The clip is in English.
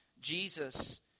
Jesus